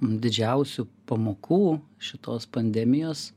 didžiausių pamokų šitos pandemijos